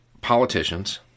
politicians